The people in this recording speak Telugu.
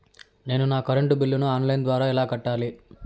నేను నా కరెంటు బిల్లును ఆన్ లైను ద్వారా ఎలా కట్టాలి?